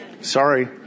Sorry